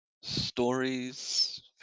stories